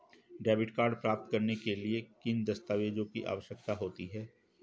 Debit card प्राप्त करने के लिए किन दस्तावेज़ों की आवश्यकता होती है?